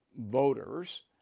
voters